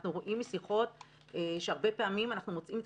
אנחנו רואים משיחות שהרבה פעמים אנחנו מוצאים את